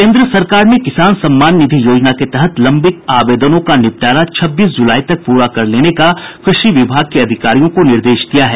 केन्द्र सरकार ने किसान सम्मान निधि योजना के तहत लंबित आवेदनों का निपटारा छब्बीस जुलाई तक पूरा कर लेने का कृषि विभाग के अधिकारियों को निर्देश दिया है